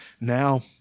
Now